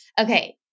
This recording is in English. Okay